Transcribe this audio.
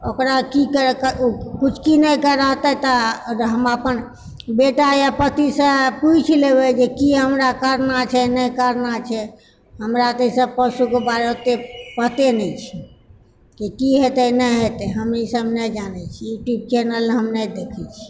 ओकरा कि करऽके किछु किनैके रहते तऽ हम अपन बेटा या पतिसँ पूछि लेबै जे कि हमरा करना छै नहि करना छै हमरा तऽ ई सभ पशुके बारेमे ओते पते नहि छै कि की हेतै नहि हेतै हम ई सभ नहि जानए छी यूट्यूब चैनल हम नहि देखैत छी